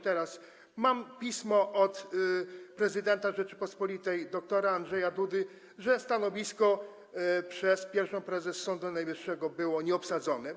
Teraz mam pismo od prezydenta Rzeczypospolitej dr. Andrzeja Dudy, że stanowisko przez pierwszą prezes Sądu Najwyższego było nieobsadzone.